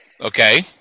Okay